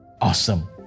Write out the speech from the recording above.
Awesome